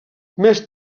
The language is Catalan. més